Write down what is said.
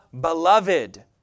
beloved